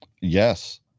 Yes